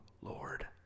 Lord